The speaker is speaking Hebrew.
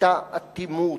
היתה אטימות.